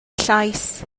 llais